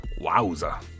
Wowza